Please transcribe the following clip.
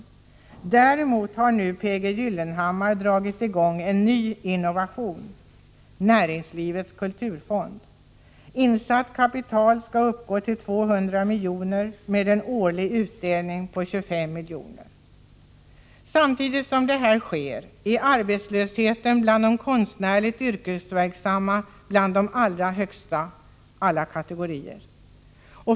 Däremot har P.G. Gyllenhammar nu dragit i gång en ny innovation: Näringslivets kulturfond. Insatt kapital skall uppgå till 200 milj.kr. med en årlig utdelning på 25 milj.kr. Samtidigt som detta sker är arbetslösheten bland de konstnärligt yrkesverksamma en av de högsta alla kategorier.